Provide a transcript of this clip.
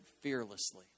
fearlessly